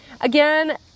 again